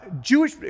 Jewish